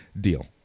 deal